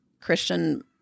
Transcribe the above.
Christian